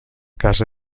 casa